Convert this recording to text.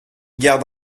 garde